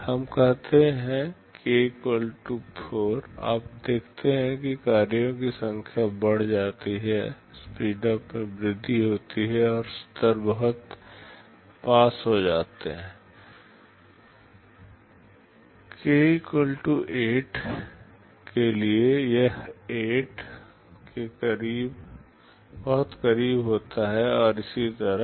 हम कहते हैं k 4 आप देखते हैं कि कार्यों की संख्या बढ़ जाती है स्पीडअप में वृद्धि होती है और स्तर बहुत पास हो जाते हैं 4 k 8 के लिए यह 8 के बहुत करीब होता है और इसी तरह